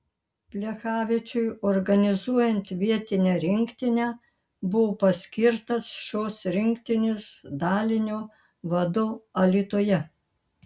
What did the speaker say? plechavičiui organizuojant vietinę rinktinę buvo paskirtas šios rinktinės dalinio vadu alytuje